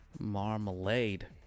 Marmalade